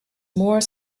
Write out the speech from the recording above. more